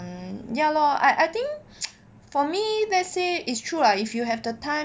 ya lor I think for me they say is true lah if you have the time